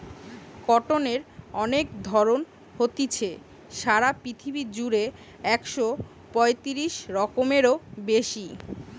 কটনের অনেক ধরণ হতিছে, সারা পৃথিবী জুড়া একশ পয়তিরিশ রকমেরও বেশি